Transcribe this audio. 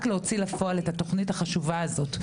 להוציא לפועל את התוכנית החשובה הזאת.